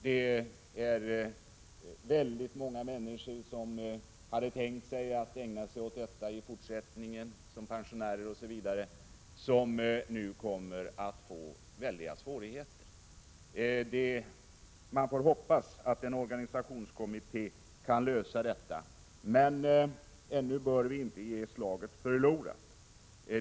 Det är väldigt många människor som hade tänkt ägna sig åt detta som pensionärer, och de kan nu få stora svårigheter. Vi får hoppas att en organisationskommitté kan lösa detta. Men ännu bör vi inte ge slaget förlorat.